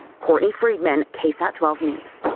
courtney friedman, ksat twelve news.